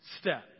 step